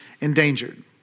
endangered